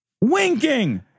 Winking